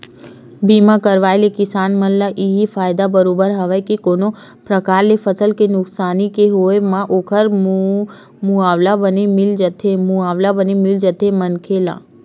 बीमा करवाय ले किसान मन ल इहीं फायदा बरोबर हवय के कोनो परकार ले फसल के नुकसानी के होवब म ओखर मुवाला बने मिल जाथे मनखे ला